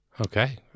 Okay